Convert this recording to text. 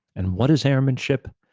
and what is airmanship?